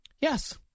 Yes